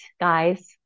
guys